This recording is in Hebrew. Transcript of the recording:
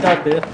מה דעתך?